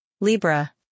Libra